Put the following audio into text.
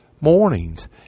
mornings